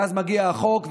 ואז מגיע החוק,